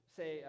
say